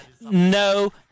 no